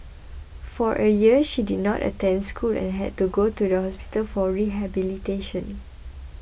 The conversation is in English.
for a year she did not attend school and had to go to the hospital for rehabilitation